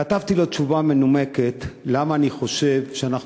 כתבתי לו תשובה מנומקת למה אני חושב שאנחנו